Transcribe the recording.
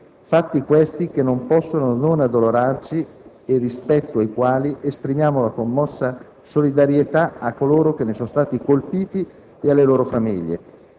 Fatti, questi, che non possono non addolorarci e rispetto ai quali esprimiamo la commossa solidarietà a coloro che ne sono stati colpiti e alle loro famiglie.